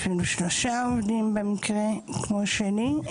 אפילו שלושה עובדים במקרה כמו שלי,